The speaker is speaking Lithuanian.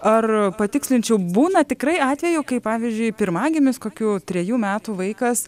ar patikslinčiau būna tikrai atvejų kai pavyzdžiui pirmagimis kokių trejų metų vaikas